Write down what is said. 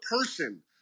person